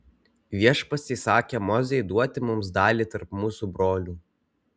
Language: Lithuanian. viešpats įsakė mozei duoti mums dalį tarp mūsų brolių